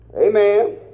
Amen